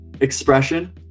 expression